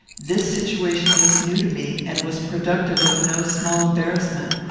this situation was new to me and was productive of no small embarrassment.